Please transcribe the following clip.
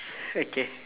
okay